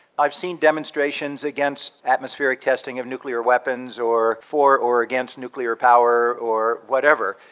i've seen demonstrations against atmospheric testing of nuclear weapons or for or against nuclear power or whatever.